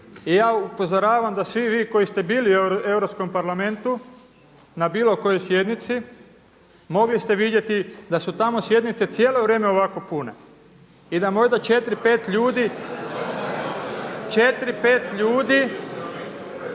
i ja upozoravam da svi vi koji ste bili u Europskom parlamentu na bilo kojoj sjednici, mogli ste vidjeti da su tamo sjednice cijelo vrijeme ovako pune i da možda četiri, pet ljudi izostaje.